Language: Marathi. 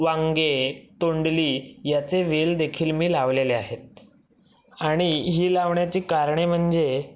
वांगे तोंडली याचे वेल देखील मी लावलेले आहेत आणि ही लावण्याची कारणे म्हणजे